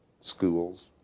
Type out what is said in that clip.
Schools